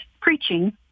preaching